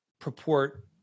purport